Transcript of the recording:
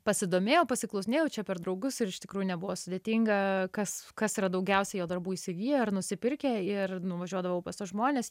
pasidomėjau pasiklausinėjau čia per draugus ir iš tikrųjų nebuvo sudėtinga kas kas yra daugiausiai jo darbų įsigiję ar nusipirkę ir nuvažiuodavau pas tuos žmones